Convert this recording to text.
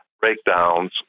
breakdowns